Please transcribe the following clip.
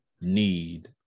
need